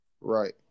Right